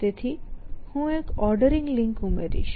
તેથી હું એક ઓર્ડરિંગ લિંક ઉમેરીશ